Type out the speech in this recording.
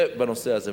זה בנושא הזה.